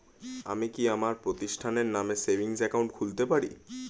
আমি কি আমার প্রতিষ্ঠানের নামে সেভিংস একাউন্ট খুলতে পারি?